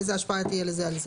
איזה השפעה תהיה לזה על זה.